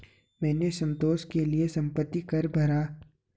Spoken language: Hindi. मैंने संतोष के लिए संपत्ति कर भरा